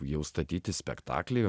jau statyti spektaklį